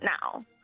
now